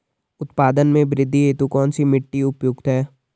उत्पादन में वृद्धि हेतु कौन सी मिट्टी उपयुक्त है?